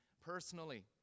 personally